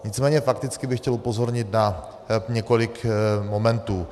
Nicméně fakticky bych chtěl upozornit na několik momentů.